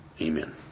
amen